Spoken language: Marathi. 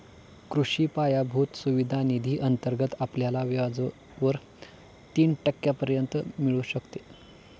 कृषी पायाभूत सुविधा निधी अंतर्गत आपल्याला व्याजावर तीन टक्क्यांपर्यंत मिळू शकते